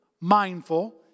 mindful